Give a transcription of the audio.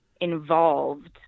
involved